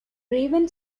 raven